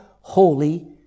holy